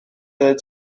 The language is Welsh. oeddet